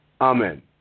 Amen